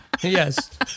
Yes